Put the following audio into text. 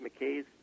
McKay's